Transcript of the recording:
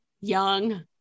young